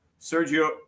Sergio